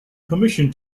permission